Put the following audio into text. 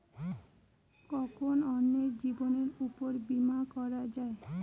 কখন অন্যের জীবনের উপর বীমা করা যায়?